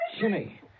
Jimmy